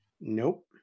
Nope